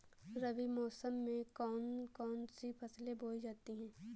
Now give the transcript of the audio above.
रबी मौसम में कौन कौन सी फसलें बोई जाती हैं?